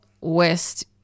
west –